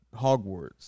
Hogwarts